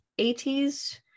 80s